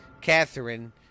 Catherine